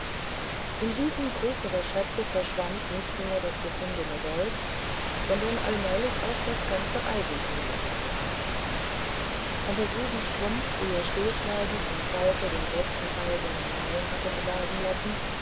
im suchen größerer schätze verschwand nicht nur das gefundene gold sondern allmählich auch das ganze eigentum der junggesellen aber so wie strumpf früher stillschweigend von falke den besten teil seiner nahrung hatte erwerben lassen